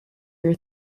your